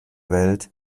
welt